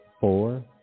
four